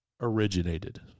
originated